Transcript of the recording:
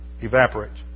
evaporates